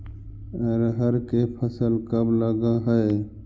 अरहर के फसल कब लग है?